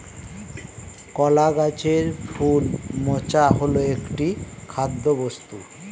কলা গাছের ফুল মোচা হল একটি খাদ্যবস্তু